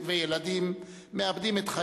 אדוני היושב-ראש,